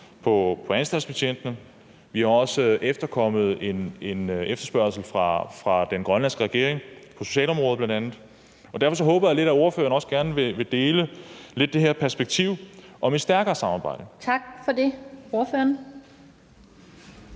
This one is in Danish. på anstaltsbetjentene, og vi har også efterkommet en efterspørgsel fra den grønlandske regering om på socialområdet bl.a. Og derfor håber jeg lidt, at ordføreren også vil dele det her perspektiv om et stærkere samarbejde. Kl. 20:31 Den